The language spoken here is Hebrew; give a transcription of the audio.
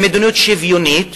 עם מדיניות שוויונית